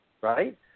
Right